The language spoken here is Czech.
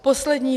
Poslední.